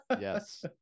Yes